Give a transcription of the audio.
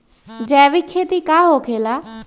जैविक खेती का होखे ला?